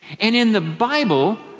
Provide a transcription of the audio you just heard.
and in the bible,